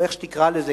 או איך שתקרא לזה,